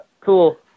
Cool